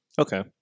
Okay